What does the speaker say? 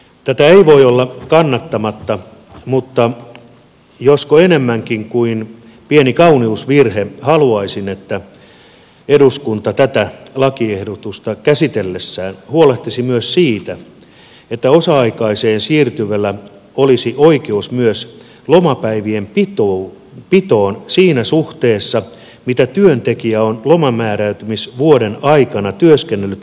tätä ei voi olla kannattamatta mutta josko enemmänkin kuin pieni kauneusvirhe haluaisin että eduskunta tätä lakiehdotusta käsitellessään huolehtisi myös siitä että osa aikaiseen siirtyvällä olisi oikeus myös lomapäivien pitoon siinä suhteessa mitä työntekijä on lomanmääräytymisvuoden aikana työskennellyt kokoaikatyössä